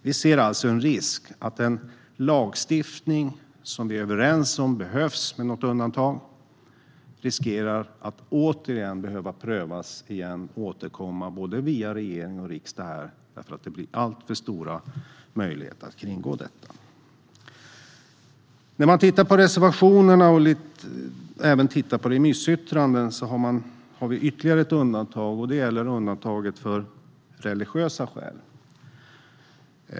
Vi ser alltså en risk att den lagstiftning som vi är överens om behövs, med något undantag, riskerar att återigen behöva prövas av nya regeringar och ny riksdag, eftersom det blir alltför stora möjligheter att kringgå den. I reservationerna och även i remissyttranden finns ytterligare ett undantag, och det gäller för religiösa skäl.